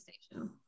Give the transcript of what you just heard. station